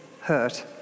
hurt